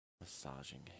Massaging